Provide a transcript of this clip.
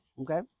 okay